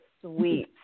sweet